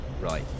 Right